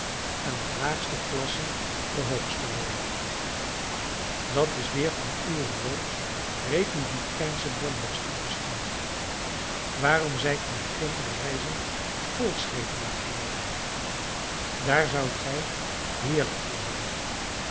en de laagste klassen de hoogste worden dat is weer van uw rood republikeinschen bombast augustine waarom zijt ge geen reizend volksredenaar geworden daar zoudt gij heerlijk voor zijn